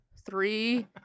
Three